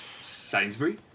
Sainsbury